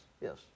yes